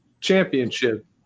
championship